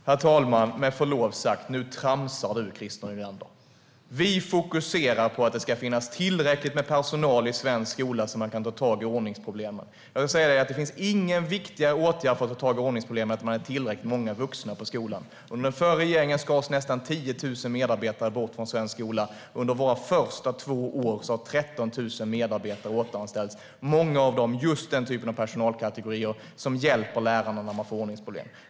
Herr talman! Med förlov sagt: Nu tramsar du, Christer Nylander. Vi fokuserar på att det ska finnas tillräckligt med personal i svensk skola så att man kan ta tag i ordningsproblemen. Det finns ingen viktigare åtgärd för att ta tag i ordningsproblemen än att man är tillräckligt många vuxna på skolan. Under den förra regeringen skars nästan 10 000 medarbetare bort från svensk skola. Under våra första två år har 13 000 medarbetare återanställts. Många av dem tillhör just den typ av personalkategorier som hjälper lärarna när man får ordningsproblem.